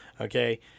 Okay